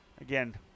again –